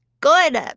Good